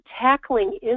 tackling